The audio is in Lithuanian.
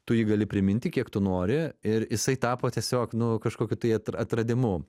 tu jį gali priminti kiek tu nori ir isai tapo tiesiog nu kažkokiu tai atradimu